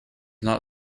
not